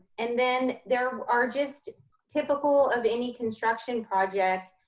and then there are just typical of any construction projects,